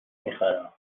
میخرم